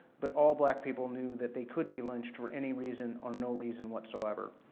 but all black people knew that they could be lynched for any reason, or no reason whatsoever.